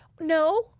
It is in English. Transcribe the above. No